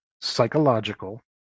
psychological